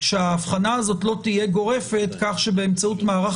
שההבחנה הזאת לא תהיה גורפת כך שבאמצעות מערך